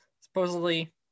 supposedly